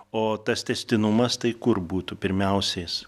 o tas tęstinumas tai kur būtų pirmiausias